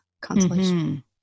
consolation